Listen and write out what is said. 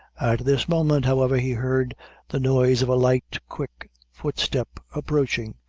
at this moment, however, he heard the noise of a light, quick footstep approaching,